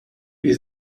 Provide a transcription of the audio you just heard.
wir